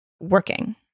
working